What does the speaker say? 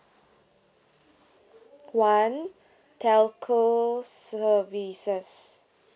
one telco services